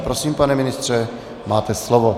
Prosím, pane ministře, máte slovo.